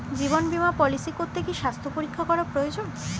জীবন বীমা পলিসি করতে কি স্বাস্থ্য পরীক্ষা করা প্রয়োজন?